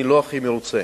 ואני לא הכי מרוצה